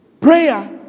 prayer